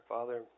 Father